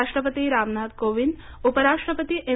राष्ट्रपती रामनाथ कोविंद उपराष्ट्रपती एम